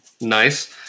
Nice